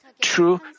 true